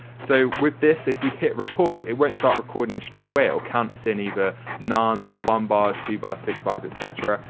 so, with this if we hit record it won't start recording straightaway it'll count us in either none or one buss, two buss, six buss etc.